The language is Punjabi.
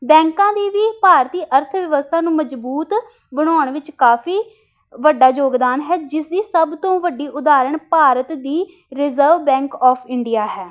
ਬੈਂਕਾਂ ਦੀ ਵੀ ਭਾਰਤੀ ਅਰਥ ਵਿਵਸਥਾ ਨੂੰ ਮਜ਼ਬੂਤ ਬਣਾਉਣ ਵਿੱਚ ਕਾਫ਼ੀ ਵੱਡਾ ਯੋਗਦਾਨ ਹੈ ਜਿਸ ਦੀ ਸਭ ਤੋਂ ਵੱਡੀ ਉਦਾਹਰਣ ਭਾਰਤ ਦੀ ਰਿਜ਼ਰਵ ਬੈਂਕ ਔਫ ਇੰਡੀਆ ਹੈ